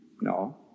no